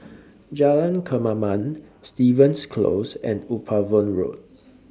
Jalan Kemaman Stevens Close and Upavon Road